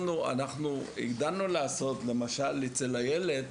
הגדלנו לעשות למשל אצל הילד